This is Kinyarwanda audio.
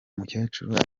mukecuru